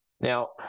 Now